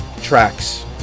tracks